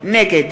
נגד